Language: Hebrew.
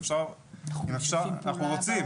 אנחנו רוצים.